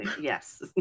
Yes